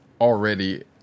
already